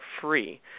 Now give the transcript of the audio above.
free